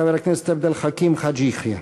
חבר הכנסת עבד אל חכים חאג' יחיא.